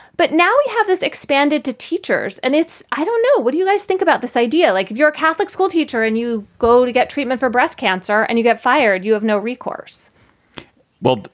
but now you have this expanded to teachers and it's i don't know, what do you guys think about this idea? like if you're a catholic school teacher and you go to get treatment for breast cancer and you get fired, you have no recourse well,